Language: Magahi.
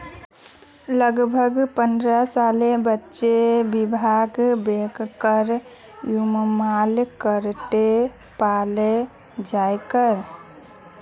लगभग पन्द्रह सालेर बच्चा पिग्गी बैंकेर इस्तेमाल करते पाल जाछेक